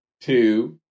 two